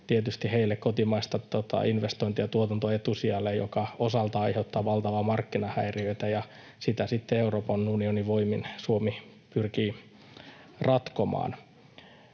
tietysti heille kotimaisia investointeja ja tuotantoa etusijalle, mikä osaltaan aiheuttaa valtavaa markkinahäiriötä, ja sitä sitten Euroopan unionin voimin Suomi pyrkii ratkomaan.